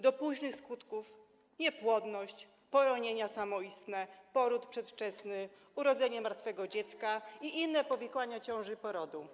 Do późnych skutków należą: niepłodność, poronienia samoistne, poród przedwczesny, urodzenie martwego dziecka i inne powikłania ciąży i porodu.